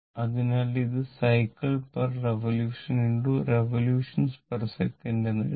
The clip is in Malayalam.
അതിനാൽ ഇത് സൈക്കിൾറിവൊല്യൂഷൻ റിവൊല്യൂഷൻസെക്കന്റ് എന്ന് എഴുതാം